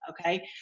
okay